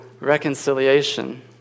reconciliation